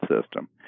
system